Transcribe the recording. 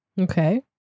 okay